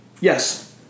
Yes